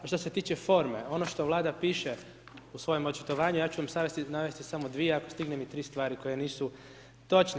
A što se tiče forme, ono što Vlada piše u svojem očitovanju, ja ću vam sada navesti samo dvije, ako stignem i 3 stvari koje nisu točne.